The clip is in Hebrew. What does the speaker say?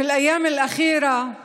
בימים האחרונים